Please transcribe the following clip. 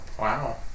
Wow